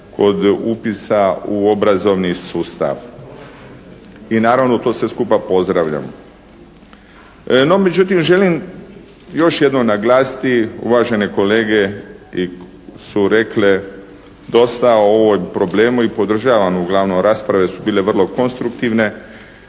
od upisa u obrazovni sustav. I naravno to sve skupa pozdravljam. No međutim želim još jednom naglasiti uvažene kolege su rekle dosta o ovom problemu i podržavam, uglavnom rasprave su bile vrlo konstruktivne